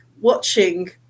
watching